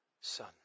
son